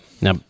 Now